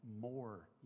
more